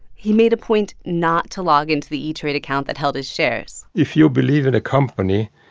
he made a point not to log into the e-trade account that held his shares if you believe in a company,